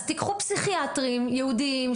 אז תקחו פסיכיאטרים ייעודיים,